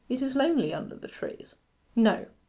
it is lonely under the trees no.